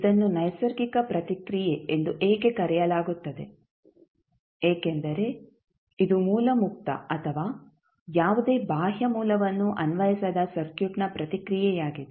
ಇದನ್ನು ನೈಸರ್ಗಿಕ ಪ್ರತಿಕ್ರಿಯೆ ಎಂದು ಏಕೆ ಕರೆಯಲಾಗುತ್ತದೆ ಏಕೆಂದರೆ ಇದು ಮೂಲ ಮುಕ್ತ ಅಥವಾ ಯಾವುದೇ ಬಾಹ್ಯ ಮೂಲವನ್ನು ಅನ್ವಯಿಸದ ಸರ್ಕ್ಯೂಟ್ನ ಪ್ರತಿಕ್ರಿಯೆಯಾಗಿದೆ